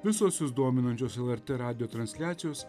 visos jus dominančios lrt radijo transliacijos